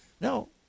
No